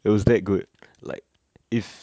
it was that good like if